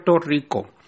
Rico